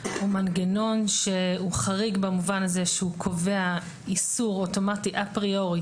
הוא מנגנון שהוא חריג במובן הזה שהוא קובע איסור אוטומטי אפריורי